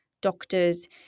doctors